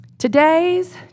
Today's